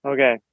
Okay